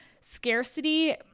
Scarcity